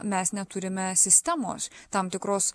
mes neturime sistemos tam tikros